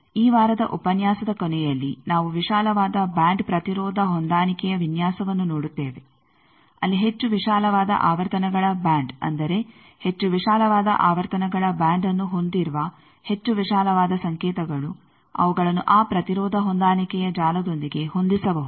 ಈ ವಾರದ ಉಪನ್ಯಾಸದ ಕೊನೆಯಲ್ಲಿ ನಾವು ವಿಶಾಲವಾದ ಬ್ಯಾಂಡ್ ಪ್ರತಿರೋಧ ಹೊಂದಾಣಿಕೆಯ ವಿನ್ಯಾಸವನ್ನು ನೋಡುತ್ತೇವೆ ಅಲ್ಲಿ ಹೆಚ್ಚು ವಿಶಾಲವಾದ ಆವರ್ತನಗಳ ಬ್ಯಾಂಡ್ ಅಂದರೆ ಹೆಚ್ಚು ವಿಶಾಲವಾದ ಆವರ್ತನಗಳ ಬ್ಯಾಂಡ್ ಅನ್ನು ಹೊಂದಿರುವ ಹೆಚ್ಚು ವಿಶಾಲವಾದ ಸಂಕೇತಗಳು ಅವುಗಳನ್ನು ಆ ಪ್ರತಿರೋಧ ಹೊಂದಾಣಿಕೆಯ ಜಾಲದೊಂದಿಗೆ ಹೊಂದಿಸಬಹುದು